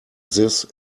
this